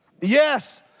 Yes